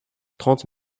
trente